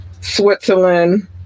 Switzerland